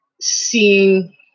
seeing